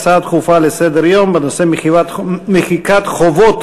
הצעות דחופות לסדר-היום בנושא: מחיקת חובות